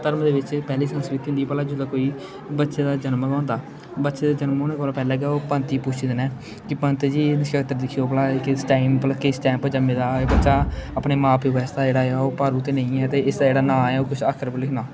धर्म दे बिच्च एह् पैह्ली संस्कृति होंदी भला जिसलै कोई बच्चे दा जन्म गै होंदा बच्चे दे जन्म होने कोला पैह्ले गै ओह् पंत गी पुच्छदे नै कि पंत जी एह् नक्षत्र दिक्खेओ भला एह् किस टाइम किस टाइम पर जम्मे दा ऐ एह् बच्चा अपने मां प्यो बास्तै जेह्ड़ा ऐ ओह् भारू ते नेईं ऐ ते इसदा जेह्ड़ा नांऽ ऐ ओह् कुस अक्षर उप्पर लिखना